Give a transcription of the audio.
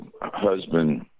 husband